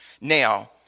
Now